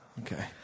Okay